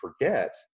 forget